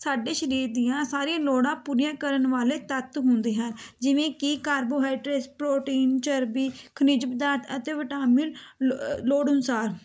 ਸਾਡੇ ਸਰੀਰ ਦੀਆਂ ਸਾਰੀਆਂ ਲੋੜਾਂ ਪੂਰੀਆਂ ਕਰਨ ਵਾਲੇ ਤੱਤ ਹੁੰਦੇ ਹਨ ਜਿਵੇਂ ਕਿ ਕਾਰਬੋਹਾਈਡ੍ਰੇਸ ਪ੍ਰੋਟੀਨ ਚਰਬੀ ਖਨਿਜ ਪਦਾਰਥ ਅਤੇ ਵਿਟਾਮਿਨ ਲ ਲੋੜ ਅਨੁਸਾਰ